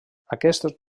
aquests